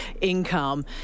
income